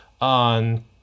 on